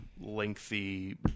lengthy